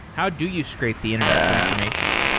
how do you scrape the internet for information?